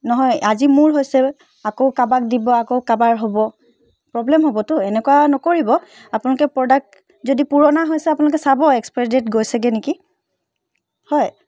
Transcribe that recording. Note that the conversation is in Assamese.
নহয় আজি মোৰ হৈছে আকৌ কাৰোবাক দিব আকৌ কাৰোবাৰ হ'ব প্ৰবলেম হ'বতো এনেকুৱা নকৰিব আপোনালোকে প্ৰডাক্ট যদি পুৰণা হৈছে আপোনালোকে চাব এক্সপাইৰী ডেট গৈছেগৈ নেকি হয়